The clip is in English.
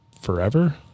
forever